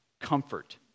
comfort